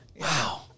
Wow